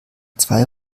zwei